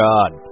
God